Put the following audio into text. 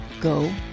go